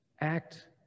Act